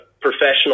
professional